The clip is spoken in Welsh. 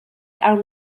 awn